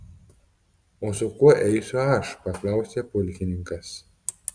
o su kuo eisiu aš paklausė pulkininkas